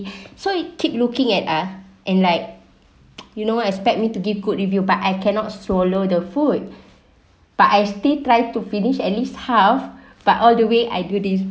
so he keep looking at us and like you know expect me to give good review but I cannot swallow the food but I still try to finish at least half but all the way I do this